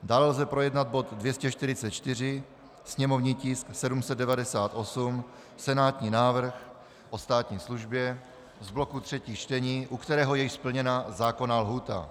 Dále lze projednat bod 244, sněmovní tisk 798 senátní návrh o státní službě z bloku třetích čtení, u kterého je splněna zákonná lhůta.